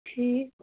ٹھیٖک